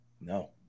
No